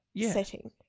setting